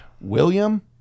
William